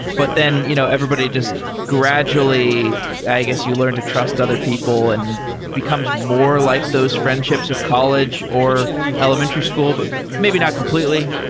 but you know everybody just gradually i guess you learn to trust other people and becomes more like those friendships of college or elementary school, but maybe not completely.